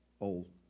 old